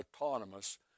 autonomous